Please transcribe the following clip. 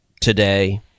today